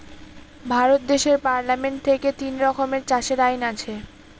ভারত দেশের পার্লামেন্ট থেকে তিন রকমের চাষের আইন আছে